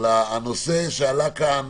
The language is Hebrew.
הנושא שעלה כאן